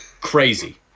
crazy